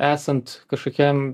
esant kažkokiam